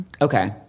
Okay